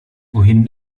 wohin